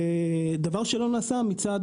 דבר שלא נעשה מצד